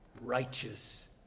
righteous